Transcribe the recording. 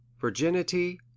Virginity